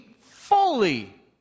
fully